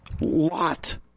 Lot